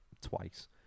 twice